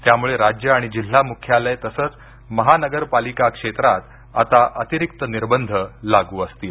त्यामुळे राज्य आणि जिल्हा मुख्यालयं तसंच नगरपालिका क्षेत्रात आता अतिरिक्त निर्बंध लागू असतील